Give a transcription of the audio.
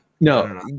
no